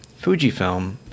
Fujifilm